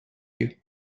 you